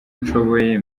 nshoboye